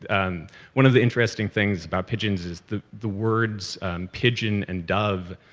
and one of the interesting things about pigeons is the the words pigeon and dove,